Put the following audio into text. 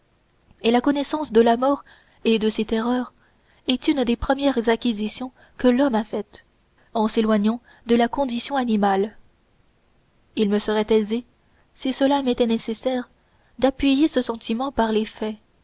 et la connaissance de la mort et de ses terreurs est une des premières acquisitions que l'homme ait faites en s'éloignant de la condition animale il me serait aisé si cela m'était nécessaire d'appuyer ce sentiment par les faits